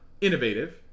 innovative